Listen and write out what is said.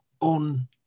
on